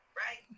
right